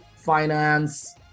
Finance